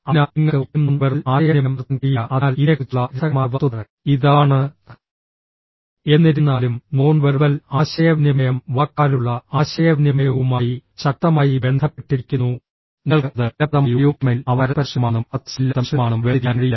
അതിനാൽ നിങ്ങൾക്ക് ഒരിക്കലും നോൺ വെർബൽ ആശയവിനിമയം നിർത്താൻ കഴിയില്ല അതിനാൽ ഇതിനെക്കുറിച്ചുള്ള രസകരമായ വസ്തുത ഇതാണ് എന്നിരുന്നാലും നോൺ വെർബൽ ആശയവിനിമയം വാക്കാലുള്ള ആശയവിനിമയവുമായി ശക്തമായി ബന്ധപ്പെട്ടിരിക്കുന്നു നിങ്ങൾക്ക് അത് ഫലപ്രദമായി ഉപയോഗിക്കണമെങ്കിൽ അവ പരസ്പരാശ്രിതമാണെന്നും അവ തടസ്സമില്ലാത്ത മിശ്രിതമാണെന്നും വേർതിരിക്കാൻ കഴിയില്ല